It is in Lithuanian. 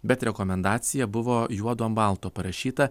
bet rekomendacija buvo juodu ant balto parašyta